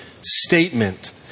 statement